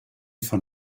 von